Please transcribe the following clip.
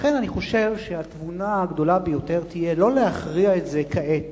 ולכן אני חושב שהתבונה הגדולה ביותר תהיה לא להכריע את זה כעת